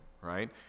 right